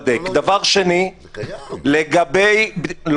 אם יפתחו את זה, כולם ירוצו להיבדק.